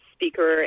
Speaker